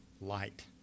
Light